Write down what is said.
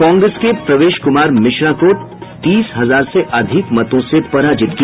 कांग्रेस के प्रवेश कुमार मिश्रा को तीस हजार से अधिक मतों से पराजित किया